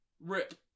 Rip